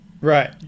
Right